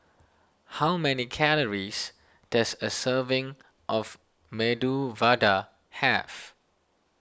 how many calories does a serving of Medu Vada have